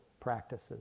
practices